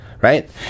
Right